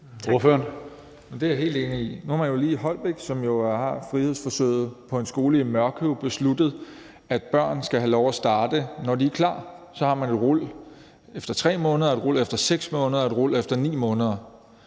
i Mørkøv ved Holbæk, som har frihedsforsøget, besluttet, at børn skal have lov at starte, når de er klar; så har man et rul efter 3 måneder, et rul efter 6 måneder og et rul efter 9 måneder.